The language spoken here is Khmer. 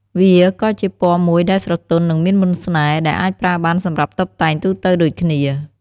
វាក៏ជាពណ៌មួយដែលស្រទន់ និងមានមន្តស្នេហ៍ ដែលអាចប្រើបានសម្រាប់តុបតែងទូទៅដូចគ្នា។